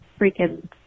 freaking